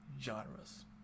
genres